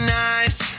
nice